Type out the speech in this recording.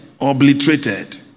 Obliterated